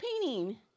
painting